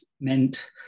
meant